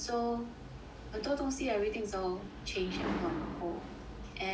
很多东西 everything also change and put on hold and